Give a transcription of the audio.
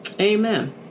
amen